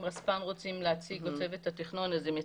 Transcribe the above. אם רספ"ן רוצים להציג, הם יציגו.